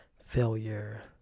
failure